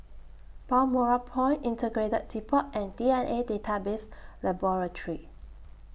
Balmoral Point Integrated Depot and D N A Database Laboratory